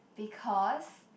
because